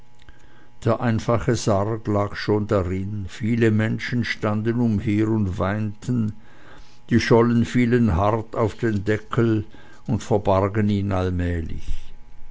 der einfache sarg lag schon darin viele menschen standen umher und weinten die schollen fielen hart auf den deckel und verbargen ihn allmählich